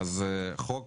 חוק